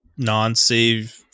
non-save